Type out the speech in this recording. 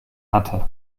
hatte